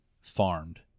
farmed